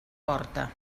porta